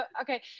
okay